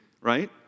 Right